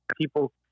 people